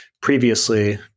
previously